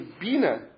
Bina